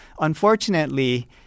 unfortunately